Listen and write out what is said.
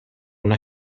una